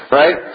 right